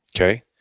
okay